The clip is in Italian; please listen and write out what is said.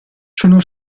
sono